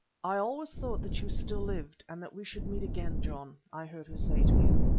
i always thought that you still lived and that we should meet again, john, i heard her say to him.